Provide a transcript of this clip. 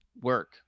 work